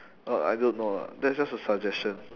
uh I don't know ah that's just a suggestion